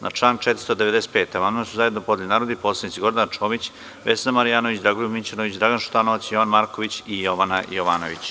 Na član 495. amandman su zajedno podneli narodni poslanici Gordana Čomić, Vesna Marjanović, Dragoljub Mićunović, Dragan Šutanovac, Jovan Marković i Jovana Jovanović.